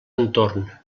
entorn